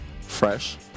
Fresh